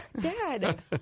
dad